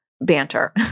banter